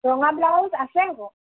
ৰঙা ব্লাউজ আছে আক